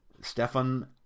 stefan